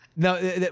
No